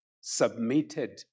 submitted